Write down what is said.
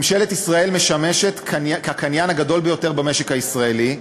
ממשלת ישראל היא הקניין הגדול ביותר במשק הישראלי,